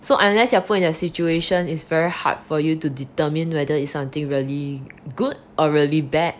so unless you are put in a situation is very hard for you to determine whether it's something really good or really bad